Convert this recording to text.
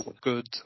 good